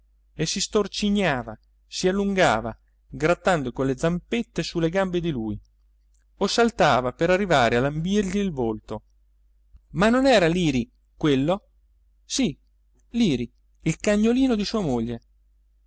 e si storcignava si allungava grattando con le zampette su le gambe di lui o saltava per arrivare a lambirgli il volto ma non era liri quello sì liri il cagnolino di sua moglie